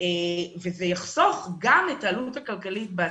וזה יחסוך גם את העלות הכלכלית בעתיד.